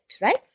right